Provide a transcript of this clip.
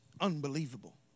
unbelievable